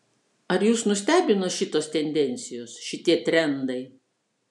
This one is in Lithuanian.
ar jus nustebino šitos tendencijos šitie trendai